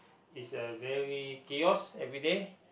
is a very kiosk everyday